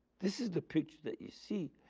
this is the picture that you see.